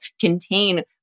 contain